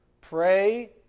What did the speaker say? Pray